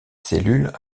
cellules